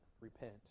repent